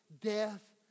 death